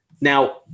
now